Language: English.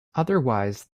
otherwise